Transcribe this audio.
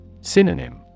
Synonym